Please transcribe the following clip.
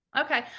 Okay